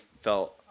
felt